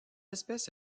espèce